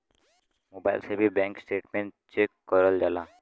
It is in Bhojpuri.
मोबाईल से भी बैंक स्टेटमेंट चेक करल जाला